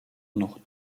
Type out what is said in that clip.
noch